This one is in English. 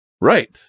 Right